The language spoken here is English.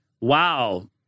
Wow